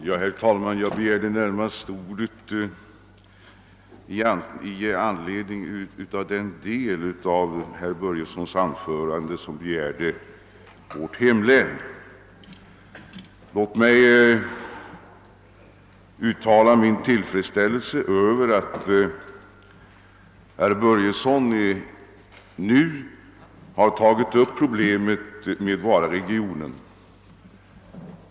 Herr talman! Jag begärde ordet närmast i anledning av den del av herr Börjessons i Falköping anförande som berörde vårt hemlän. Låt mig uttala min tillfredsställelse över att herr Börjesson nu har tagit upp problemet Vararegionen.